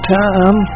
time